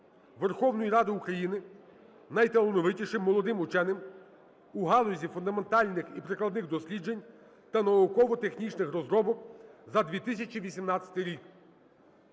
Верховної Ради України найталановитішим молодим ученим у галузі фундаментальних і прикладних досліджень та науково-технічних розробок за 2018 рік.